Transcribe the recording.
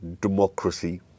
democracy